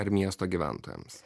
ar miesto gyventojams